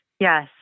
Yes